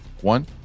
one